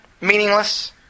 Meaningless